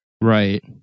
right